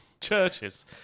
Churches